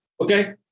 Okay